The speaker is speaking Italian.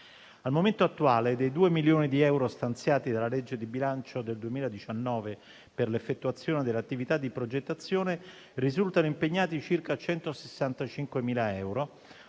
Al momento attuale, dei 2.000.000 di euro stanziati dalla legge di bilancio del 2019, per l'effettuazione delle attività di progettazione, risultano impegnati circa 165.000 euro,